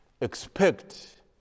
Expect